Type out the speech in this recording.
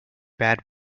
bad